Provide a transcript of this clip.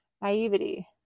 naivety